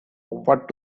what